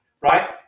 right